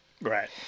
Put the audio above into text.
Right